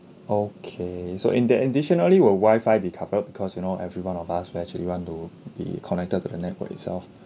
okay so in that additionally were wifi be covered because you know everyone of us will actually want to be connected to the network itself